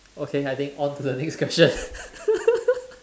okay I think on to the next question